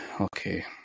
okay